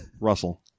Russell